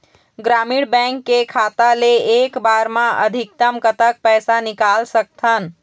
ग्रामीण बैंक के खाता ले एक बार मा अधिकतम कतक पैसा निकाल सकथन?